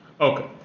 Okay